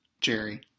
Jerry